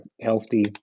healthy